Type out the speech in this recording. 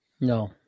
No